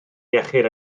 iechyd